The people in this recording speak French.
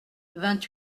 vingt